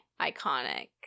iconic